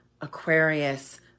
aquarius